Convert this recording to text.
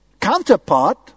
counterpart